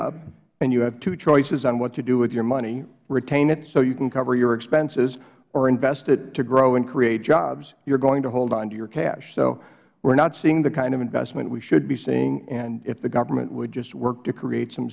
up and you have two choices on what to do with your money retain it so you can cover your expenses or invest it to grow and create jobs you are going to hold on to your cash so we are not seeing the kind of investment we should be seeing and if the government would just work to create some